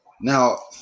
Now